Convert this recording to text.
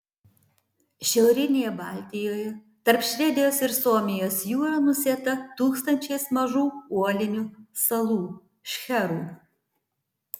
šiaurinėje baltijoje tarp švedijos ir suomijos jūra nusėta tūkstančiais mažų uolinių salų šcherų